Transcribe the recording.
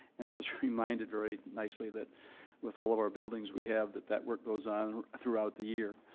and i was reminded very nicely that with all of our buildings we have, that that work goes on throughout the year.